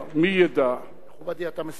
מי ידע, מכובדי, אתה מסכם.